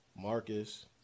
Marcus